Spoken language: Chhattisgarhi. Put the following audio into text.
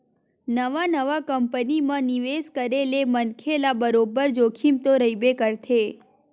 नवा नवा कंपनी म निवेस करे ले मनखे ल बरोबर जोखिम तो रहिबे करथे